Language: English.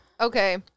Okay